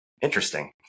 interesting